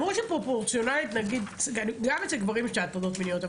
גם אצל גברים יש הטרדות מיניות,